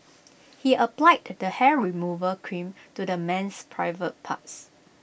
he applied the hair removal cream to the man's private parts